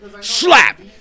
slap